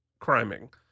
criming